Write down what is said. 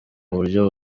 buryo